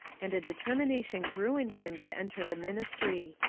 and a determination grew in him to enter the ministry.